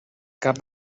cap